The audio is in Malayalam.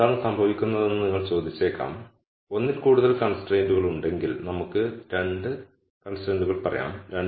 ഇപ്പോൾ എന്താണ് സംഭവിക്കുന്നതെന്ന് നിങ്ങൾ ചോദിച്ചേക്കാം ഒന്നിൽ കൂടുതൽ കൺസ്ട്രൈൻഡ്കൾ ഉണ്ടെങ്കിൽ നമുക്ക് 2 കൺസ്ട്രൈൻഡ്കൾ പറയാം